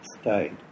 state